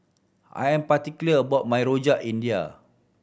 I am particular about my Rojak India